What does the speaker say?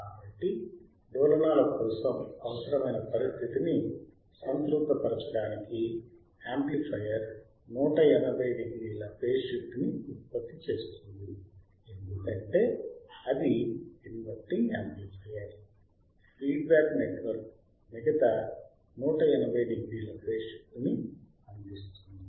కాబట్టి డోలనాల కోసం అవసరమైన పరిస్థితిని సంతృప్తిపరచడానికి యాంప్లిఫయర్ 1800 ల ఫేజ్ షిఫ్ట్ ని ఉత్పత్తి చేస్తుంది ఎందుకంటే అది inverting amplifier feedback network మిగతా 1800 ల ఫేజ్ షిఫ్ట్ ని అందిస్తుంది